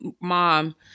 mom